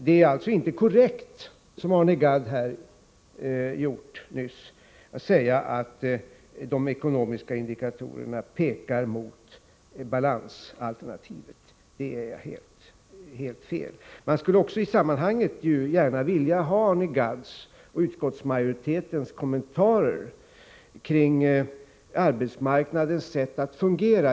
Det är alltså inte korrekt av Arne Gadd att säga, som han gjorde nyss, att de ekonomiska indikatorerna pekar mot balansalternativet. Jag skulle i sammanhanget också vilja få Arne Gadds och utskottsmajoritetens kommentarer kring arbetsmarknadens sätt att fungera.